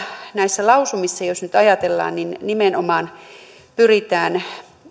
näissä lausumissa jos nyt ajatellaan nimenomaan pyritään